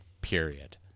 period